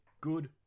good